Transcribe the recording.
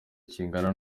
kingana